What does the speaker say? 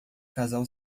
casal